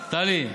טלי,